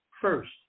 first